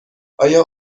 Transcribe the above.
آیا